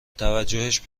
توجهش